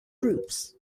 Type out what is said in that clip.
groups